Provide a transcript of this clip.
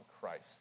Christ